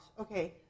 Okay